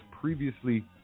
previously